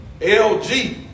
LG